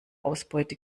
ausbeute